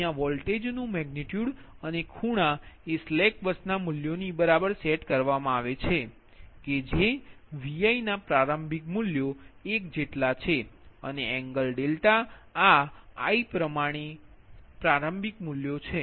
અહીયા વોલ્ટેજનુ મેગનિટયુડ અને ખૂણા એ સ્લેક બસના મૂલ્યોની બરાબર સેટ કરવામાં આવે છે કે જે Vi ના પ્રારંભિક મૂલ્યો 1 જેટલો છે અને એંગલ ડેલ્ટા આ i માટે પ્રારંભિક મૂલ્યો છે